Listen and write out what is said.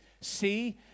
see